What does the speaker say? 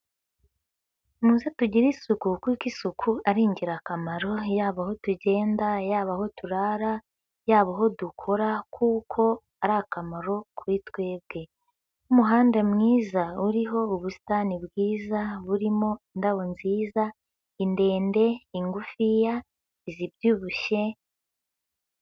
Muze tugire isuku kuko isuku ari ingirakamaro, yaba aho tugenda, yaba aho turara, yaba aho dukora kuko ari akamaro kuri twebwe. Umuhanda mwiza uriho ubu busitani bwiza, burimo indabo nziza: indende, ingufiya, izibyibushye.